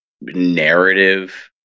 narrative